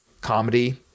comedy